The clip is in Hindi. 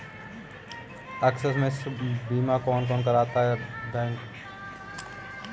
आकस्मिक बीमा कौन कौन करा सकता है?